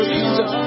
Jesus